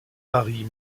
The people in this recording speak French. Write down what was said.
marie